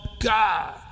God